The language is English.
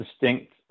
distinct